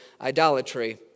idolatry